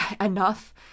enough